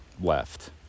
left